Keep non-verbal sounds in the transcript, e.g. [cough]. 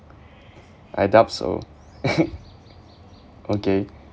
I doubt so [laughs] okay